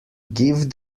give